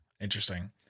Interesting